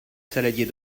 saladier